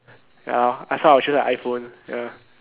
ya uh so I will choose the I phone ya